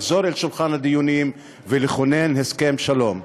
לחזור אל שולחן הדיונים ולכונן הסכם שלום.